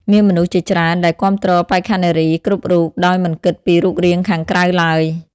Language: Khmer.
មានមនុស្សជាច្រើនដែលគាំទ្របេក្ខនារីគ្រប់រូបដោយមិនគិតពីរូបរាងខាងក្រៅឡើយ។